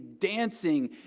dancing